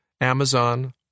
Amazon